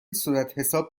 صورتحساب